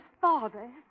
father